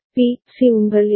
B C உங்கள் M